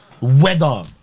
Weather